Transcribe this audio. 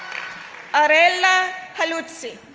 arela haluci,